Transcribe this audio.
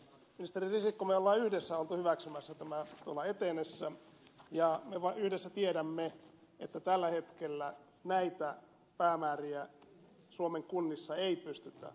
ministeri risikko me olemme yhdessä olleet hyväksymässä tämä tuolla etenessä ja me yhdessä tiedämme että tällä hetkellä näitä päämääriä suomen kunnissa ei pystytä täyttämään